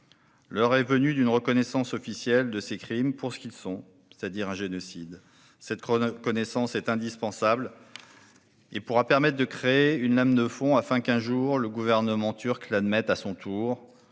L'heure est venue d'une reconnaissance officielle de ces crimes pour ce qu'ils sont, c'est-à-dire un génocide. Cette reconnaissance est indispensable et pourra permettre de créer une lame de fond, afin qu'un jour le gouvernement turc l'admette à son tour.